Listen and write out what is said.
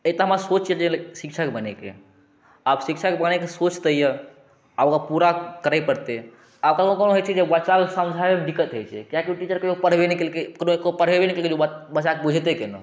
एक तऽ हमर सोच जे शिक्षक बनैके आब शिक्षक बनैके सोच तऽ यऽ आब ओकरा पूरा करै पड़तै आओर कखनो कखनो होइ छै बच्चाके समझाबैमे दिक्कत होइ छै किएक कि ओ टीचर कहियो पढ़बे नहि केलकै ककरो पढ़बे ने केलकै बच्चाके बूझेतै केना